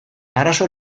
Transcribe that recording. arazo